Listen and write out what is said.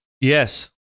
Yes